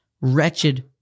wretched